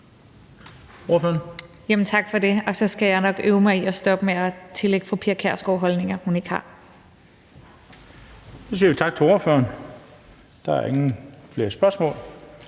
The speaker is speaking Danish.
Tak for det. Og så skal jeg nok øve mig i at stoppe med at tillægge fru Pia Kjærsgaard holdninger, hun ikke har. Kl. 14:06 Den fg. formand (Bent Bøgsted): Så siger vi tak til ordføreren. Der er ikke flere spørgsmål,